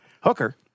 hooker